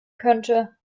könnte